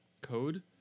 code